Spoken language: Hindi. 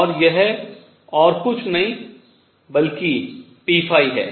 और यह कुछ और नहीं बल्कि p है